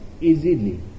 easily